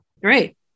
Great